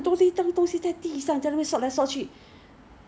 delivers I mean 送来可能比较便宜